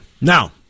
Now